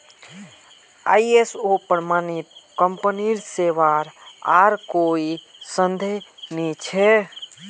ISO प्रमाणित कंपनीर सेवार पर कोई संदेह नइ छ